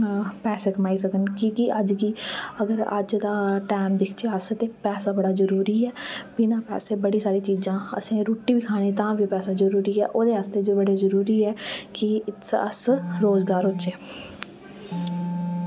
पैसे कमाई सकन कि की अज कि अगर अज दा टैम दिक्खचै अस ते पैसा बड़ा जरूरी ऐ बिना पैसै बड़ी सारी चीजां असें रुट्टी वी खानी तां वी पैसा जरूरी ऐ ओह्दै आस्तै बड़ा जरूरी ऐ कि अस रोजगार होचै